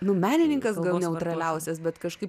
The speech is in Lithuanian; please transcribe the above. nu menininkas gal neutraliausias bet kažkaip